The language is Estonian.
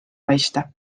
paista